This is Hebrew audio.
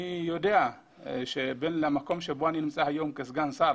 אני יודע שהמקום שבו אני נמצא היום כסגן שר